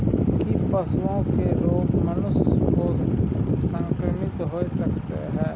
की पशुओं के रोग मनुष्य के संक्रमित होय सकते है?